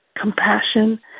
compassion